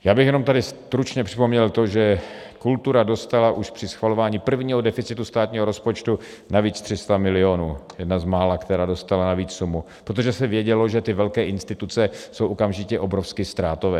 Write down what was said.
Já bych jenom tady stručně připomněl to, že kultura dostala už při schvalování prvního deficitu státního rozpočtu navíc 300 milionů, jedna z mála, která dostala navíc k tomu, protože se vědělo, že ty velké investice jsou okamžitě obrovsky ztrátové.